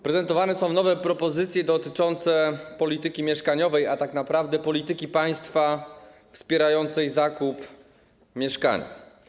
Prezentowane są nowe propozycje dotyczące polityki mieszkaniowej, a tak naprawdę polityki państwa wspierającej zakup mieszkania.